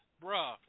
bro